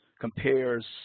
compares